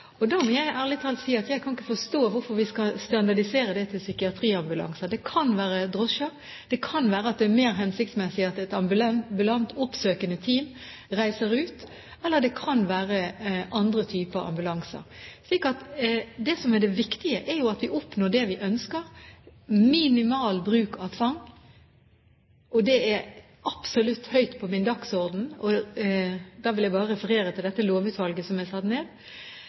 transportordninger. Da må jeg ærlig talt si at jeg ikke kan forstå hvorfor vi skal standardisere det til psykiatriambulanse. Det kan være drosje. Det kan være at det er mer hensiktsmessig at et ambulant oppsøkende team reiser ut, eller det kan være andre typer ambulanser. Det som er det viktige, er jo at vi oppnår det vi ønsker: minimal bruk av tvang. Det er absolutt høyt på min dagsorden – jeg vil bare referere til det lovutvalget som er satt ned